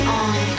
on